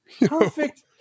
Perfect